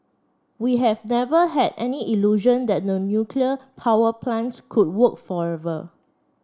we have never had any illusion that the nuclear power plant could work forever